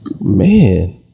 man